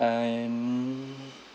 and